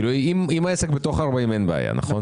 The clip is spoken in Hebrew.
אם העסק בטווח של 40 קילומטר, אין בעיה, נכון?